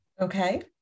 Okay